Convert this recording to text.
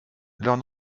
l’heure